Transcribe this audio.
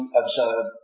observe